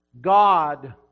God